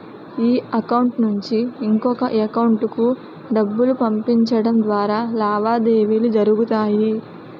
ఈ అకౌంట్ నుంచి ఇంకొక ఎకౌంటుకు డబ్బులు పంపించడం ద్వారా లావాదేవీలు జరుగుతాయి